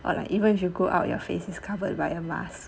or like even if you go out your face is covered by a mask